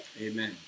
Amen